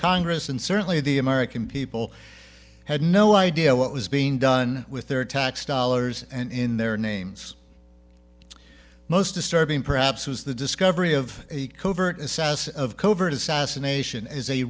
congress and certainly the american people had no idea what was being done with their tax dollars and in their names most disturbing perhaps was the discovery of a covert status of covert assassination as a